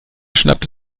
schnappte